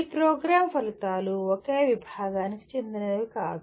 ఈ ప్రోగ్రామ్ ఫలితాలు ఒకే విభానికి చెందినవి కాదు